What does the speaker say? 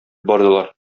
бардылар